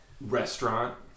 restaurant